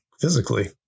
physically